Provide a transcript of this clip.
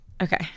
Okay